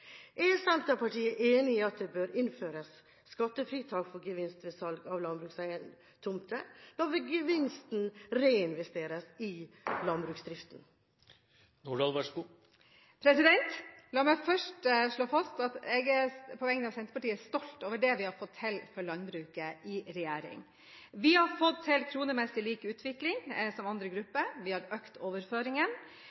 Er Senterpartiet enig i at det bør innføres skattefritak for gevinst ved salg av landbrukstomter når gevinsten reinvesteres i landbruksdriften? La meg først få slå fast at jeg, på vegne av Senterpartiet, er stolt over det vi har fått til for landbruket i regjering. Vi har fått til en kronemessig lik lønnsutvikling som andre